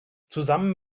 zusammen